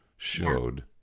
showed